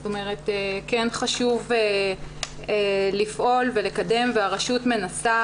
זאת אומרת כן חשוב לפעול ולקדם והרשות מנסה